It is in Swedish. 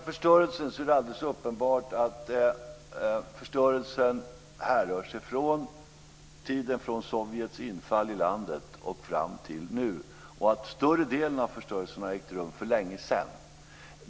Fru talman! Det är alldeles uppenbart att förstörelsen härrör från tiden från Sovjets infall i landet och fram till nu. Större delen av förstörelsen har ägt rum för länge sedan.